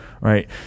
right